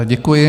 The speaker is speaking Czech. Děkuji.